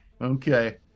Okay